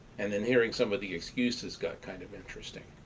and then hearing some of the excuses got kind of interesting.